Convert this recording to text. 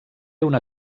una